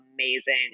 amazing